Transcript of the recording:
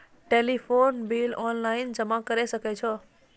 Telephone bill online जमा करै सकै छौ?